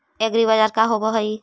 एग्रीबाजार का होव हइ?